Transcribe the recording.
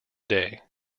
day